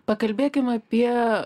pakalbėkim apie